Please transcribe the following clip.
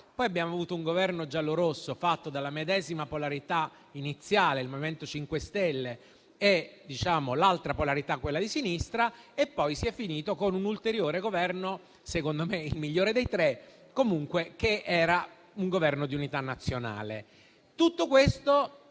poi abbiamo avuto un Governo giallorosso, formato dalla medesima polarità iniziale, il MoVimento 5 Stelle, e dall'altra polarità, quella di sinistra; poi si è terminata la legislatura con un ulteriore Governo, secondo me il migliore dei tre, che era un Governo di unità nazionale.